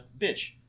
bitch